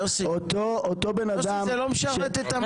יוסי, זה לא משרת את המטרה.